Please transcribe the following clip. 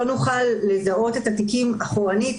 לא נוכל לזהות את התיקים אחורנית,